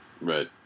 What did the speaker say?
Right